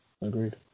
Agreed